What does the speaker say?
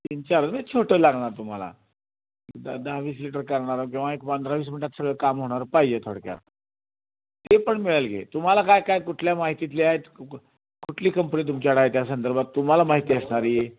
तीन चार होय छोटं लागणार तुम्हाला एक दहा दहा वीस लिटर करणारं किंवा एक पंधरा वीस मिनटात सगळं काम होणारं पाहिजे थोडक्यात ते पण मिळेल की तुम्हाला काय काय कुठल्या माहितीतली आहेत कुकुट कुठली कंपनी तुमच्याकडं आहे त्या संदर्भात तुम्हाला माहिती असणारी